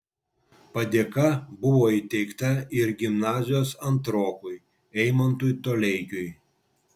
padėka buvo įteikta ir gimnazijos antrokui eimantui toleikiui